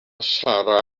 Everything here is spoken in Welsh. sara